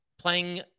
playing